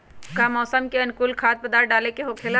का मौसम के अनुकूल खाद्य पदार्थ डाले के होखेला?